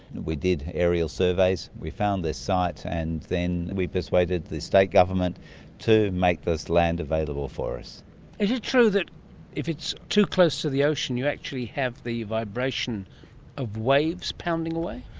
we did aerial surveys, we found this site, and then we persuaded the state government to make this land available for us. is it true that if it's too close to the ocean you actually have the vibration of waves pounding away?